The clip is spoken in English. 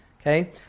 Okay